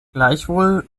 gleichwohl